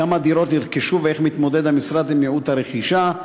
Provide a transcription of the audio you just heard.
כמה דירות נרכשו ואיך מתמודד המשרד עם מיעוט הרכישה?